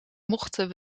mochten